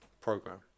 Program